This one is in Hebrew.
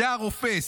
זה הרופס.